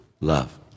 love